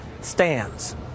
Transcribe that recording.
stands